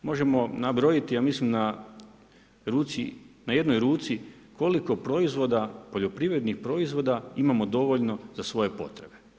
Možemo nabrojiti ja mislim na jednoj ruci koliko proizvoda u poljoprivrednih proizvoda imamo dovoljno za svoje potrebe.